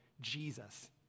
Jesus